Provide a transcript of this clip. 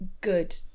good